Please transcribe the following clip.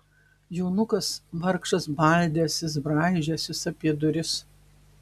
jonukas vargšas baldęsis braižęsis apie duris